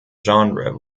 genre